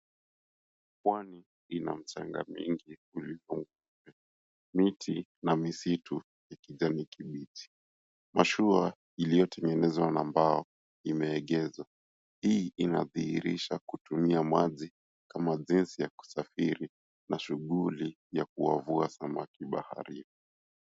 Pwani ina mchanga mwingi kuliko miti na misitu ya kijani kibichi. Mashua iliyotengenezwa na mbao imeegezwa, hii inadhihirisha kutumia maji kama jinsi ya kusafiri na shughuli ya kuwavua samaki baharini.